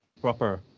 proper